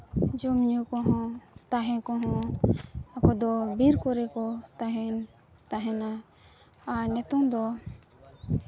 ᱡᱚᱢᱼᱧᱩ ᱠᱚᱦᱚᱸ ᱛᱟᱦᱮᱸ ᱠᱚᱦᱚᱸ ᱟᱠᱚᱫᱚ ᱵᱤᱨ ᱠᱚᱨᱮ ᱠᱚ ᱛᱟᱦᱮᱱ ᱛᱟᱦᱮᱱᱟ ᱟᱨ ᱱᱤᱛᱚᱝ ᱫᱚ